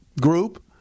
group